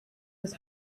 his